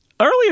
Earlier